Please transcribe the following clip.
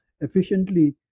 efficiently